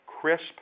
crisp